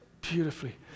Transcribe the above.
beautifully